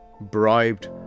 bribed